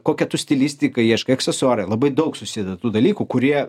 kokią tu stilistiką ieškai aksesuarai labai daug susideda tų dalykų kurie